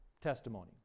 testimony